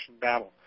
battle